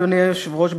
אדוני היושב-ראש,